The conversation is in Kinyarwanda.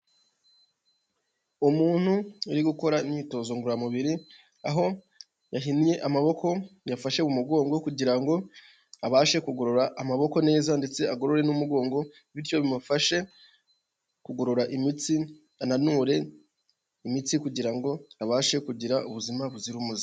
Umuntu uri gukora imyitozo ngororamubiri, aho yahinnye amaboko yafashe mu mugongo kugira ngo abashe kugorora amaboko neza ndetse agorore n'umugongo, bityo bimufashe kugorora imitsi, ananure imitsi kugira ngo abashe kugira ubuzima buzira umuze.